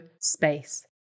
space